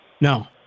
No